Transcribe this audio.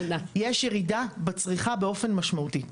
יש ירידה בצריכה באופן משמעותי.